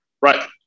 Right